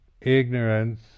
ignorance